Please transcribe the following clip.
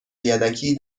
یدکی